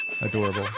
Adorable